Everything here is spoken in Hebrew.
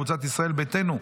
קבוצת סיעת ישראל ביתנו: